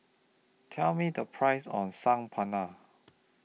Tell Me The Price of Saag Paneer